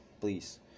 please